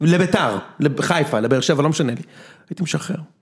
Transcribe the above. ולביתר, לחיפה, לבאר שבע, לא משנה לי. הייתי משחרר.